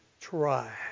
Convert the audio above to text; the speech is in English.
try